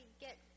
get